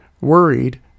Worried